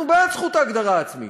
אנחנו בעד הזכות ההגדרה עצמית,